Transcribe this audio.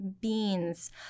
beans